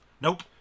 Nope